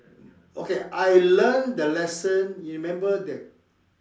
okay I learn the lesson you remember the